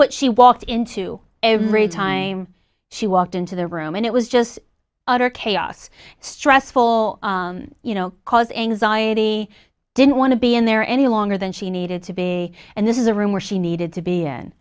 what she walked into every time she walked into the room and it was just utter chaos stressful you know cause anxiety didn't want to be in there any longer than she needed to be and this is a room where she needed to be in